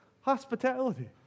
hospitality